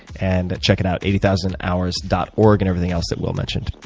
and check it out, eighty thousand hours dot org and everything else that will mentioned.